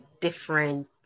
different